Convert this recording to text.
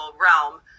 realm